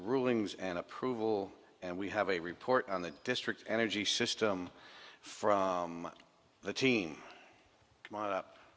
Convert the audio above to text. rulings and approval and we have a report on the district's energy system from the team